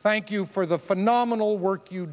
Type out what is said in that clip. thank you for the phenomenal work you